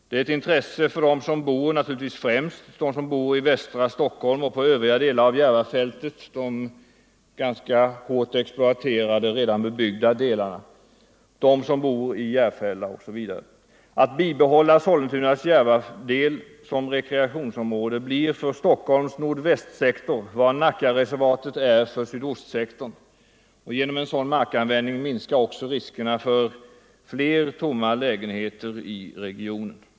Det är naturligtvis främst ett intresse för dem som bor i västra Stockholm och på övriga delar av Järvafältet — de ganska hårt exploaterade och redan bebyggda delarna —- för dem som bor i Järfälla osv. Att bibehålla Sollentunas Järvadel som rekreationsområde blir för Stockholms nordvästsektor vad Nackareservatet är för sydostsektorn. Genom en sådan markanvändning minskar också riskerna för fler tomma lägenheter i regionen.